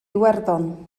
iwerddon